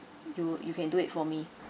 you you can do it for me